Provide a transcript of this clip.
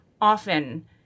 often